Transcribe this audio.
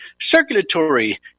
circulatory